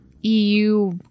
eu